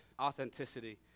authenticity